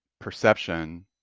perception